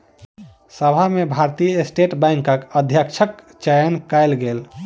सभा में भारतीय स्टेट बैंकक अध्यक्षक चयन कयल गेल